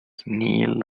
kneel